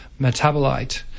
metabolite